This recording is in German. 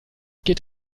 geht